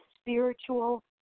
spiritual